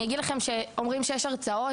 אני אגיד לכם שאומרים שיש הרצאות,